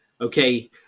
Okay